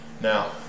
Now